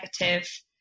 negative